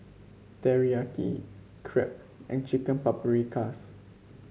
Teriyaki Crepe and Chicken Paprikas